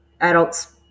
adults